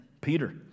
Peter